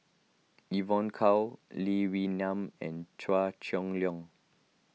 Evon Kow Lee Wee Nam and Chua Chong Long